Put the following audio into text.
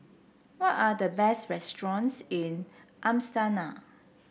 what are the best restaurants in Astana